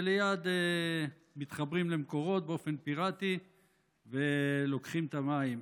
וליד מתחברים למקורות באופן פיראטי ולוקחים את המים.